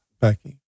Becky